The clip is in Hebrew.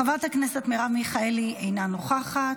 חברת הכנסת מרב מיכאלי, אינה נוכחת,